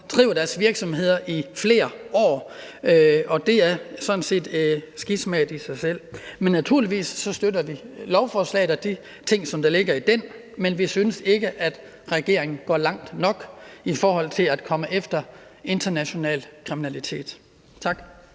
driver deres virksomhed i flere år, og det er sådan set et skisma i sig selv. Men naturligvis støtter vi lovforslaget og de ting, som ligger i det, men vi synes ikke, at regeringen går langt nok i forhold til at komme efter international kriminalitet. Tak.